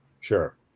Sure